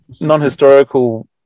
non-historical